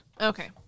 Okay